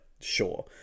sure